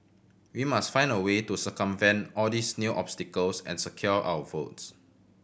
we must find a way to circumvent all these new obstacles and secure our votes